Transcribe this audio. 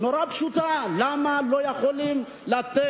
שאלה פשוטה מאוד: למה לא יכולים לתת?